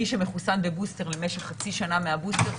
מי שמחוסן בבוסטר למשך חצי שנה מהבוסטר.